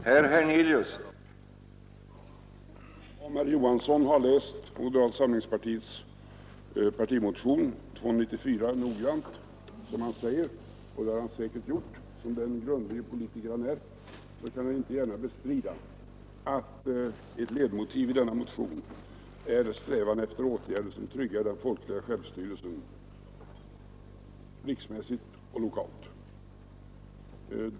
Herr talman! Om herr Johansson i Trollhättan, som han säger, har läst moderata samlingspartiets partimotion nr 294 noggrant — och det har han säkert gjort som den grundlige politiker han är — kan han inte gärna bestrida att ett ledmotiv i denna motion är strävan efter åtgärder som tryggar den folkliga självstyrelsen, riksmässigt och lokalt.